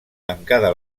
tancada